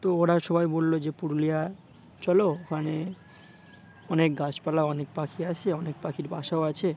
তো ওরা সবাই বললো যে পুরুলিয়া চলো ওখানে অনেক গাছপালা অনেক পাখি আছে অনেক পাখির বাসাও আছে